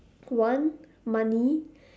one money